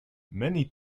many